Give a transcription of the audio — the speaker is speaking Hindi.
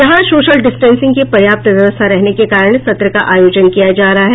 यहां सोशल डिस्टेंसिंग की पर्याप्त व्यवस्था रहने के कारण सत्र का आयोजन किया जा रहा है